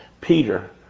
Peter